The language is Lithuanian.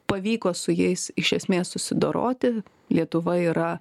pavyko su jais iš esmės susidoroti lietuva yra